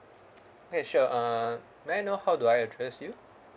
okay sure uh may I know how do I address you